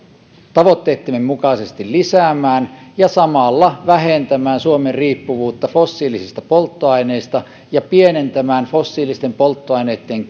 tavoitteittemme mukaisesti lisäämään ja samalla vähentämään suomen riippuvuutta fossiilisista polttoaineista ja pienentämään fossiilisten polttoaineitten